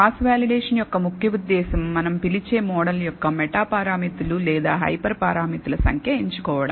cross validation యొక్క ముఖ్య ఉద్దేశ్యం మనం పిలిచే మోడల్ యొక్క మెటా పారామితులు లేదా హైపర్ పారామితుల సంఖ్య ఎంచుకోవడం